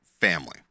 family